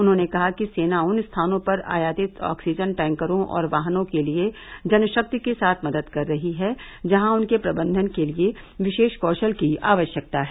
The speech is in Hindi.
उन्होंने कहा कि सेना उन स्थानों पर आयातित ऑक्सीजन टैंकरों और वाहनों के लिए जनशक्ति के साथ मदद कर रही है जहां उनके प्रबंधन के लिए विशेष कौशल की आवश्यकता है